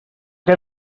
què